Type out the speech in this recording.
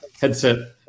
headset